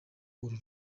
uru